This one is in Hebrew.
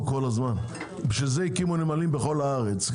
כל הזמן ולכן הקימו נמלים בכל הארץ,